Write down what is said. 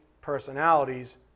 personalities